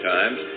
Times